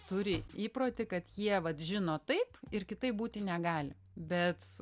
turi įprotį kad jie vat žino taip ir kitaip būti negali bet